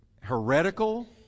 heretical